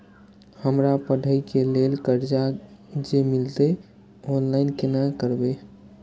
हमरा पढ़े के लेल कर्जा जे मिलते ऑनलाइन केना करबे?